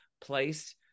place